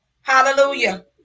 Hallelujah